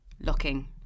looking